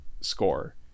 score